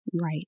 Right